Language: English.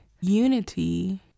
Unity